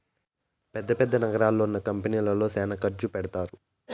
పెద్ద పెద్ద నగరాల్లో ఉన్న కంపెనీల్లో శ్యానా ఖర్చు పెడతారు